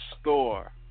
store